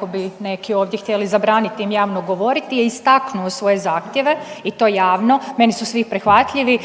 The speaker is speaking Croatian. iako bi neki ovdje htjeli zabraniti im javno govoriti je istaknuo svoje zahtjeve i to javno, meni su svi prihvatljivi.